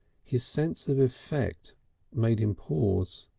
his sense of effect made him pause.